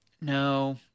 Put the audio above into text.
no